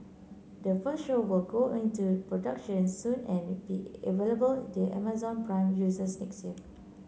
the first show will go into production soon and be available to Amazon Prime users next year